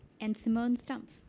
and simone stumpf.